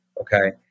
Okay